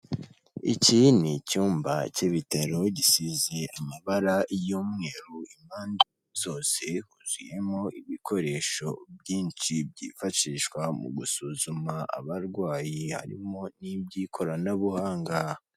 Iki ni icyumba cy'ibitaro gisize amabara y'umweru, impande zose huzuyemo ibikoresho byinshi byifashishwa mu gusuzuma abarwayi, harimo n'iby'ikoranabuhanga.